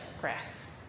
grass